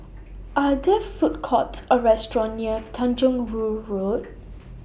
Are There Food Courts Or Restaurant near Tanjong Rhu Road